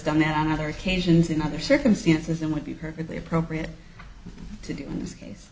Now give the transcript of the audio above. done that on other occasions in other circumstances and would be perfectly appropriate to do in